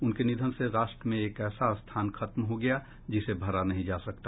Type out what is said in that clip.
उनके निधन से राष्ट्र में एक ऐसा स्थान खत्म हो गया जिसे भरा नहीं जा सकता